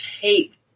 take